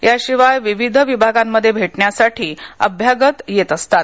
याशिवाय विविध विभागांमध्ये भेटण्यासाठी अभ्यागत येत असतात